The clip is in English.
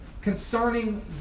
Concerning